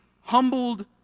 humbled